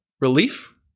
Relief